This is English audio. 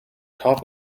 top